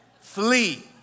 Flee